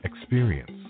experience